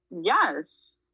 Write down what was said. Yes